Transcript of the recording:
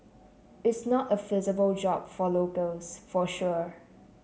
is not a feasible job for locals for sure